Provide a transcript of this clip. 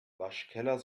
waschkeller